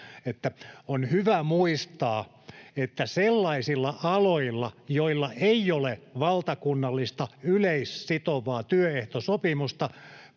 on hyvä muistaa, että sellaisilla aloilla, joilla ei ole valtakunnallista yleissitovaa työehtosopimusta,